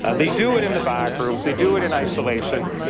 they do it in the back rooms, they do it in isolation.